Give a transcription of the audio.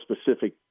specific